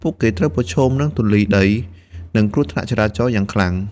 ពួកគេត្រូវប្រឈមនឹងធូលីដី និងគ្រោះថ្នាក់ចរាចរណ៍យ៉ាងខ្លាំង។